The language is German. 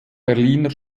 berliner